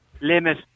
limit